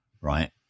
Right